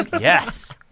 Yes